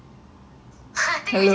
I think we just do like that